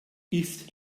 ist